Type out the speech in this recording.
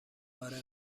آره